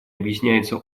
объясняется